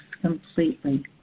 completely